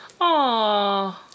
Aww